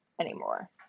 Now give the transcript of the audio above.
anymore